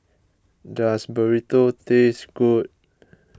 does Burrito taste good